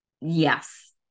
yes